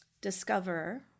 discover